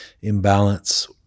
imbalance